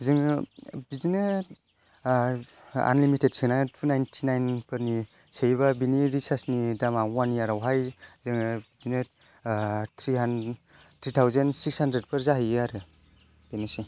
जोङो बिदिनो आनलिमितेद सोनानै तु नाइन्ति नाइन फोरनि सोयोबा बेनि रिसार्ज नि दामा अवान इयार आवहाय जोङो बिदिनो three thousand six hundred four जाहैयो आरो बेनोसै